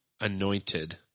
anointed